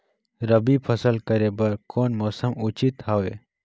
रबी फसल करे बर कोन मौसम उचित हवे?